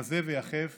רזה ויחף